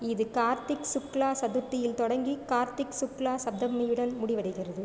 இது கார்த்திக் சுக்லா சதுர்த்தியில் தொடங்கி கார்த்திக் சுக்லா சப்தமியுடன் முடிவடைகிறது